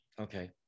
Okay